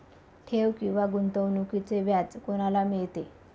ठेव किंवा गुंतवणूकीचे व्याज कोणाला मिळते?